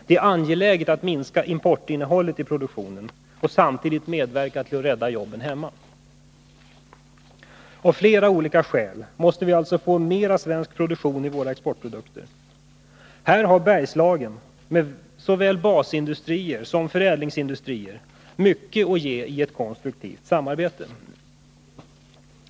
Det är angeläget att minska importinnehållet i produktionen och samtidigt medverka till att rädda jobben hemma. Av flera olika skäl måste vi alltså få mera svensk produktion i våra exportprodukter. Här har Bergslagen med såväl basindustrier som förädlingsindustrier mycket att ge i ett konstruktivt samarbete.